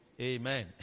Amen